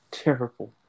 terrible